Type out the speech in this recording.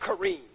Kareem